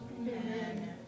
Amen